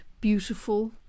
beautiful